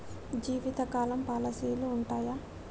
జీవితకాలం పాలసీలు ఉంటయా?